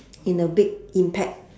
in the big impact